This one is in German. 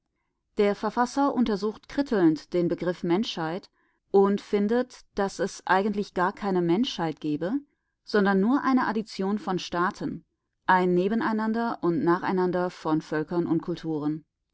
der verfasser untersucht krittelnd den begriff menschheit und findet daß es eigentlich gar keine menschheit gebe sondern nur eine addition von staaten ein nebeneinander und nacheinander von völkern und kulturen